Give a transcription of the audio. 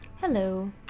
Hello